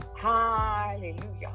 Hallelujah